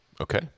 Okay